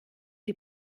die